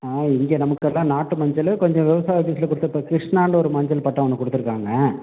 ஆ இங்கே நமக்கெல்லாம் நாட்டு மஞ்சள் கொஞ்சம் விவசாய கொடுத்த இப்போ கிருஷ்ணானு ஒரு மஞ்சள் பட்டம் ஒன்று கொடுத்துருக்காங்க